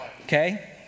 Okay